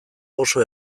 oso